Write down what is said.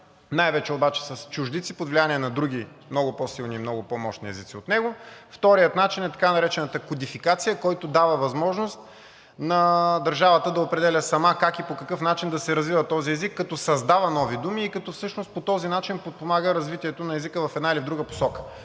най-вече обаче с чуждици под влияние на други, много по-силни и много по-мощни езици от него. Вторият начин е така наречената кодификация, която дава възможност на държавата да определя сама как и по какъв начин да се развива този език, като създава нови думи и като всъщност по този начин подпомага развитието на езика в една или в друга посока.